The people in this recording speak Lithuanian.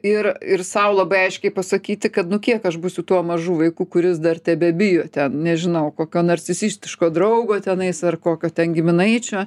ir ir sau labai aiškiai pasakyti kad nu kiek aš būsiu tuo mažu vaiku kuris dar tebebijo ten nežinau kokio nacisistiško draugo tenais ar kokio ten giminaičio